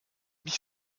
mich